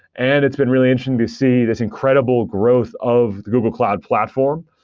and it's been really interesting to see this incredible growth of the google cloud platform,